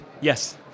Yes